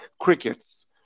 Crickets